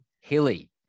hilly